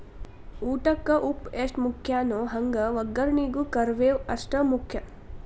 ಊಟಕ್ಕ ಉಪ್ಪು ಎಷ್ಟ ಮುಖ್ಯಾನೋ ಹಂಗ ವಗ್ಗರ್ನಿಗೂ ಕರ್ಮೇವ್ ಅಷ್ಟ ಮುಖ್ಯ